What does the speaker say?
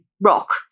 rock